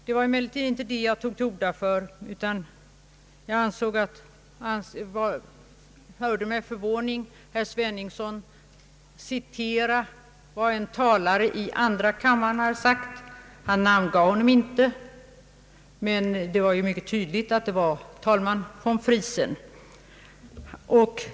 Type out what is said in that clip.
Det var dock inte för att säga det som jag tog till orda utan därför att jag med förvåning hörde herr Sveningsson citera vad en talare i andra kammaren sagt. Talaren namngavs inte, men det var mycket tydligt att det gällde vice talman von Friesen.